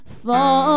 fall